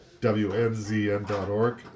WNZN.org